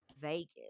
Vegas